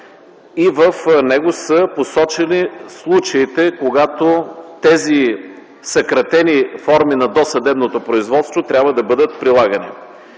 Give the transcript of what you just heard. и в него са посочени случаите, когато тези съкратени форми на досъдебното производство трябва да бъдат прилагани.